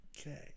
Okay